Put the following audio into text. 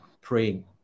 praying